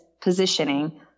positioning